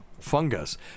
Fungus